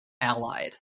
Allied